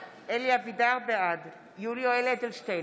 בעד יולי יואל אדלשטיין,